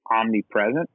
omnipresent